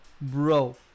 bro